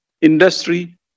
industry